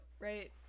right